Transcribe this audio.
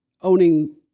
owning